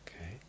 okay